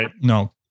No